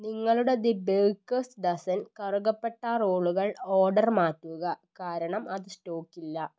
നിങ്ങളുടെ the baker's dozen കറുവപ്പട്ട റോളുകൾ ഓർഡർ മാറ്റുക കാരണം അത് സ്റ്റോക്കില്ല